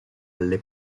alle